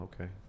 okay